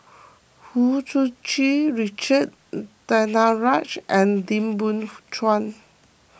Hu Tsu Tau Richard Danaraj and Lim Biow Chuan